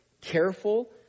careful